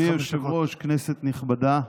אדוני היושב-ראש, כנסת נכבדה.